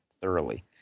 thoroughly